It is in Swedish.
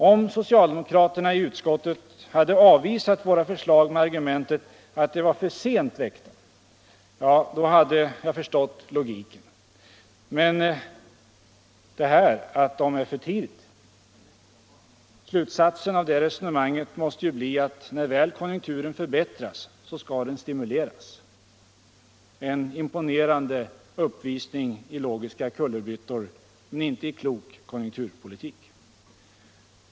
Om socialdemokraterna i utskottet hade avvisat våra förslag med argumentet att de var för sent väckta, då hade jag förstått logiken. Men för tidigt? Slutsatsen av det resonemanget måste ju bli att när väl konjunkturen förbättras skall den stimuleras. En imponerande uppvisning i logiska kullerbyttor — men inte i klok konjunkturpolitik.